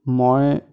মই